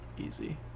easy